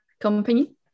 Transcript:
company